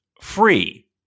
free